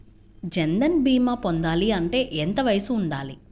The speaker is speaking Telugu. జన్ధన్ భీమా పొందాలి అంటే ఎంత వయసు ఉండాలి?